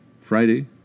Friday